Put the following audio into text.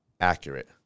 Accurate